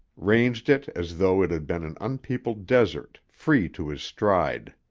ranged it as though it had been an unpeopled desert, free to his stride.